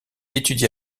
étudia